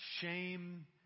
shame